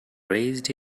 raised